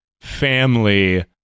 family